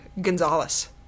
Gonzalez